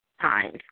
times